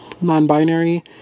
non-binary